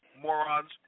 morons